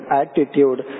attitude